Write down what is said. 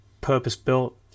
purpose-built